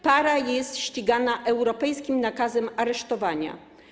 Para jest ścigana europejskim nakazem aresztowania.